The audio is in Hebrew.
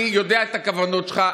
אני יודע מה הכוונות שלך.